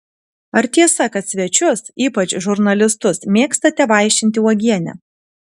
ar tiesa kad svečius ypač žurnalistus mėgstate vaišinti uogiene